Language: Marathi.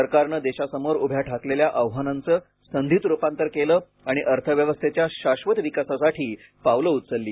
सरकारनं देशासमोर उभ्या ठाकलेल्या आव्हानांचं संधीत रुपांतर केलं आणि अर्थव्यवस्थेच्या शाश्वत विकासासाठी पावलं उचलली